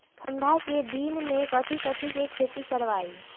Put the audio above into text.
ठंडा के दिन में कथी कथी की खेती करवाई?